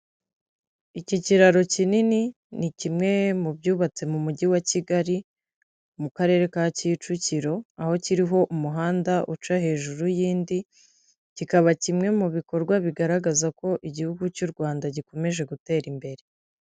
Iki kiraro kinini, ni kimwe mu byubatse mu Mujyi wa Kigali, mu Karere ka Kicukiro, aho kiriho umuhanda uca hejuru y'indi, kikaba kimwe mu bikorwa bigaragaza ko igihugu cy'u Rwanda gikomeje gutera imbere.